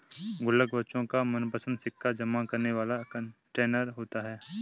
गुल्लक बच्चों का मनपंसद सिक्का जमा करने वाला कंटेनर होता है